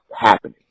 happening